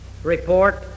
report